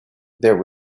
there